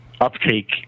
uptake